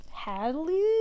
Hadley